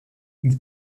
ils